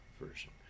version